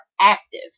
active